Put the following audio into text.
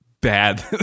bad